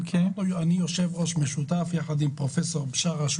אני יושב-ראש משותף ביחד עם פרופ' בשארה בשאראת,